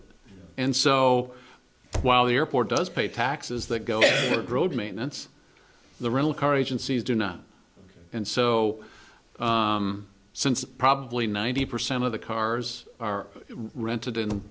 it and so while the airport does pay taxes that go maintenance the rental car agencies do not and so since probably ninety percent of the cars are rented